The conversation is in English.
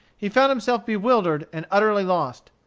he found himself bewildered and utterly lost.